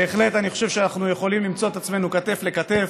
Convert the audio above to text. בהחלט אני חושב שאנחנו יכולים למצוא את עצמנו כתף אל כתף,